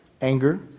Anger